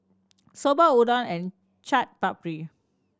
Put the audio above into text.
Soba Udon and Chaat Papri